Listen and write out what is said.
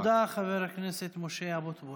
תודה, חבר הכנסת משה אבוטבול.